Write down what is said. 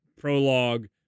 prologue